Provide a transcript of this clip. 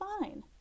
fine